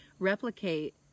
replicate